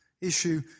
issue